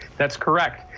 that's correct.